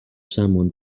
someone